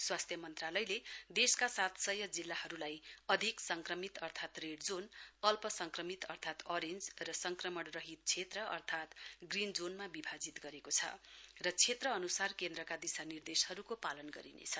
स्वास्थ्य मन्त्रालयले देशका सात सय जिल्लाहरूलाई अधिक संक्रमित अर्थात् रेड जोन अल्प संक्रमित अर्थात् अरेञ्ज र संक्रमणरहित अर्थात् ग्रीन जोनमा विभाजित गरेको छ र क्षेत्र अनुसार केन्द्रका दिशा निर्देशहरूको पालन गरिनेछ